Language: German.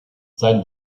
sein